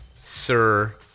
Sir